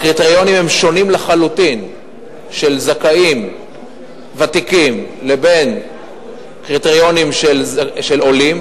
הקריטריונים של זכאים ותיקים שונים לחלוטין מקריטריונים של עולים.